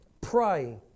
pray